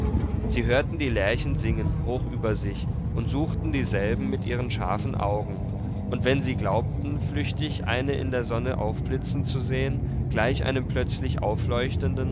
sie hörten die lerchen singen hoch über sich und suchten dieselben mit ihren scharfen augen und wenn sie glaubten flüchtig eine in der sonne aufblitzen zu sehen gleich einem plötzlich aufleuchtenden